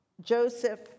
Joseph